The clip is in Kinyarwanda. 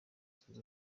zunze